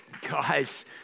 Guys